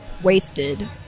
wasted